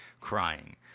crying